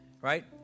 Right